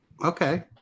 Okay